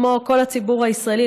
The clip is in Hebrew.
כמו כל הציבור הישראלי,